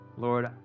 Lord